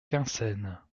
quinssaines